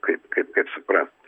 kaip kaip kaip suprast